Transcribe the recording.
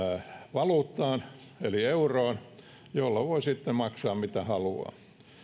valuuttaan eli euroon jolla voi sitten maksaa mitä haluaa